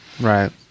Right